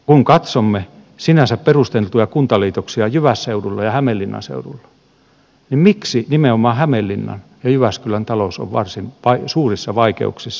kun katsomme sinänsä perusteltuja kuntaliitoksia jyvässeudulla ja hämeenlinnan seudulla niin miksi nimenomaan hämeenlinnan ja jyväskylän talous on varsin suurissa vaikeuksissa